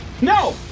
No